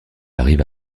arrive